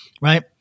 Right